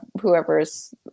whoever's